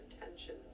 intention